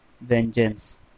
Vengeance